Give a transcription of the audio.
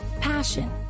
Passion